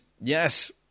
Yes